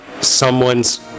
someone's